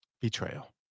betrayal